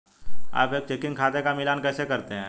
आप एक चेकिंग खाते का मिलान कैसे करते हैं?